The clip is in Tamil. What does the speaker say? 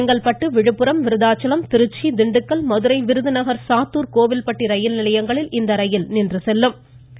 செங்கல்பட்டு விழுப்புரம் விருத்தாச்சலம் திருச்சி திண்டுக்கல் மதுரை விருதுநகர் சாத்தூர் கோவில்பட்டி ரயில் நிலையங்களில் இந்த ரயில் நின்று செல்லும் என அறிவிக்கப்பட்டுள்ளது